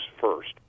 first